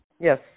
Yes